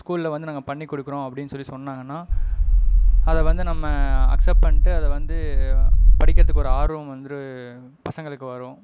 ஸ்கூல்ல வந்து நாங்கள் பண்ணிக்கொடுக்குறோம் அப்படின்னு சொன்னாங்கன்னா அதை வந்து நம்ம அக்செப் பண்ணிட்டு அதை வந்து படிக்கிறதுக்கு ஒரு ஆர்வம் வந்துரும் பசங்களுக்கு வரும்